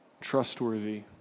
Trustworthy